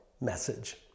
message